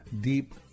deep